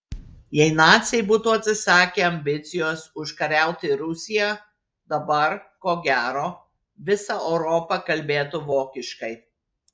jei naciai būtų atsisakę ambicijos užkariauti rusiją dabar ko gero visa europa kalbėtų vokiškai